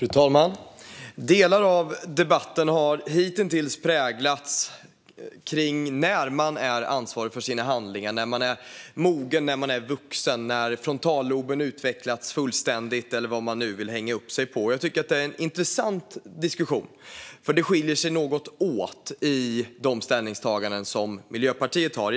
Fru talman! Delar av debatten har hitintills präglats av en diskussion om när man är ansvarig för sina handlingar - när man är mogen, när man är vuxen, när frontalloben utvecklats fullständigt eller vad det nu går att hänga upp sig på. Jag tycker att det är en intressant diskussion, för det här skiljer sig något åt mellan de olika ställningstaganden som Miljöpartiet har.